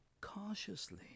cautiously